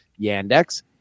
yandex